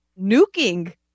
nuking